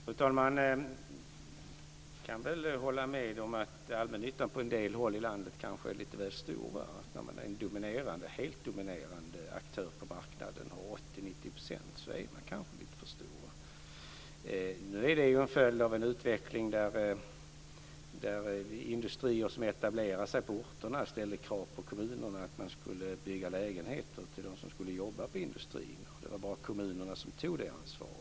Fru talman! Jag kan väl hålla med om att allmännyttan på en del håll i landet kanske är lite väl stor. När den är en helt dominerande aktör på marknaden med 80-90 % av marknaden kanske den är lite för stor. Nu är det ju en följd av en utveckling där industrier som etablerade sig på orterna ställde krav på kommunerna att de skulle bygga lägenheter till dem som skulle jobba i industrin. Och det var bara kommunerna som tog det ansvaret.